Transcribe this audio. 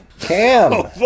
Cam